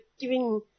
giving